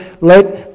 let